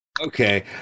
Okay